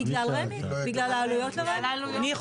בגלל רמ"י, בגלל העלויות לרמ"י.